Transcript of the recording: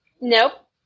Nope